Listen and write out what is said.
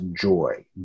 joy